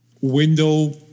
window